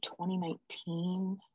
2019